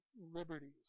liberties